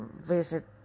visit